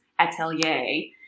Atelier